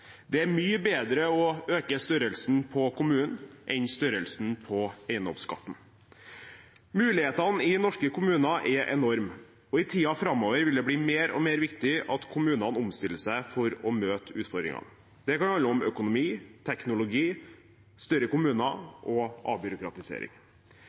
Det er mye bedre å øke størrelsen på kommunen enn størrelsen på eiendomsskatten. Mulighetene i norske kommuner er enorme, og i tiden framover vil det bli mer og mer viktig at kommunene omstiller seg for å møte utfordringene. Det kan handle om økonomi, teknologi, større